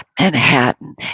Manhattan